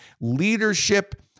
leadership